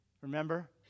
Remember